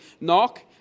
knock